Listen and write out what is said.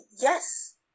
yes